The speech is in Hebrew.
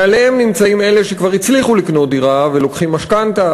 מעליהם נמצאים אלה שכבר הצליחו לקנות דירה ולוקחים משכנתה,